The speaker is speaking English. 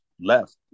left